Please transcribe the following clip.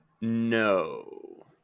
No